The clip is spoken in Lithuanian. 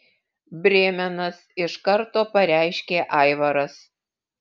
brėmenas iš karto pareiškė aivaras